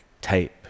tape